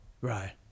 Right